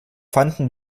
fanden